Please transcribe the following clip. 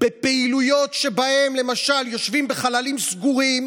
בפעילויות שבהן למשל יושבים בחללים סגורים